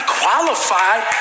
qualified